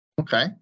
okay